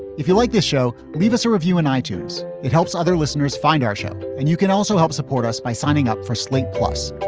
if you like this show, leave us a review and i choose it helps other listeners find our ship. and you can also help support us by signing up for slate. plus,